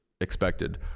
expected